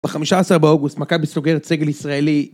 ב-15 באוגוסט, מכבי סוגר סגל ישראלי.